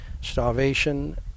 starvation